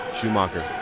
Schumacher